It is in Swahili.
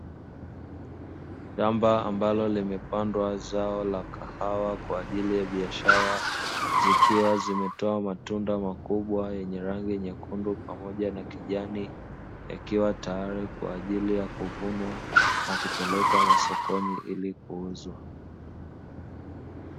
Shamba ambalo limepandwa zao la kahawa kwa ajili ya biashara, zikiwa zimetoa matunda makubwa yenye rangi nyekundu pamoja na kijani, yakiwa tayari kwa ajili ya kuvunwa na kupelekwa masokoni ili kuuzwa.